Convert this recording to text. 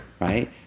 right